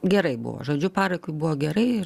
gerai buvo žodžiu parakui buvo gerai